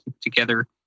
together